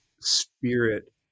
spirit